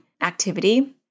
activity